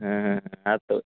ಹಾಂ ಹಾಂ ಆಯ್ತು